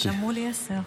אמרו לי עשר.